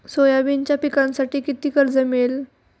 सोयाबीनच्या पिकांसाठी किती कर्ज मिळेल?